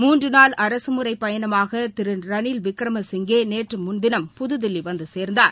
மூன்று நாள் அரசு முறைப் பயணமாக திரு ரணில் விக்ரம சிங்கே நேற்று முன்தினம் புதுதில்லி வந்து சேர்ந்தார்